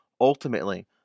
Ultimately